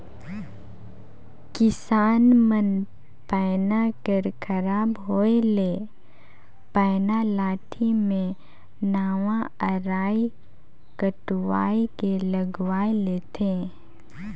किसान मन पैना कर खराब होए ले पैना लाठी मे नावा अरई कटवाए के लगवाए लेथे